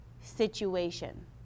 situation